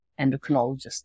endocrinologist